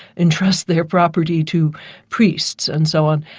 entrust their property to priests and so on.